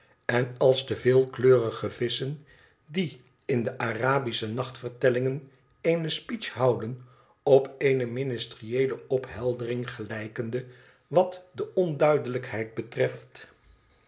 en als de veelkleurige visschen die in de arabische nachtvertellingen eene speech houden op eene ministerieele opheldering gelijkende wat de onduidelijkheid betreft